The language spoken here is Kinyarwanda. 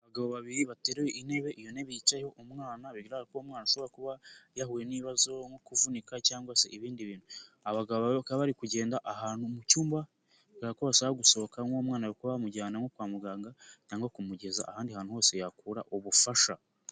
Abagabo babiri bateruye intebe, iyo ntebe yicayeho umwana, bigaragara ko uwo mwana ashobora kuba yahuye n'ibibazo nko kuvunika cyangwa se ibindi bintu, abagabo babiri bakaba bari kugenda ahantu mu cyumba, bigaragara ko bashaka gusohoka nk'uwo mwana bari kuba bamujyana nko kwa muganga cyangwa kumugeza ahandi hantu hose yakura ubufasha.